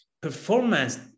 Performance